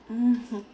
mmhmm